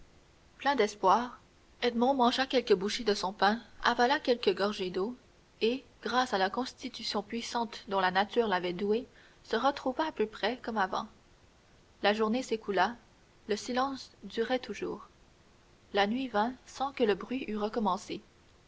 plein d'espoir edmond mangea quelques bouchées de son pain avala quelques gorgées d'eau et grâce à la constitution puissante dont la nature l'avait doué se retrouva à peu près comme auparavant la journée s'écoula le silence durait toujours la nuit vint sans que le bruit eût recommencé